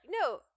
No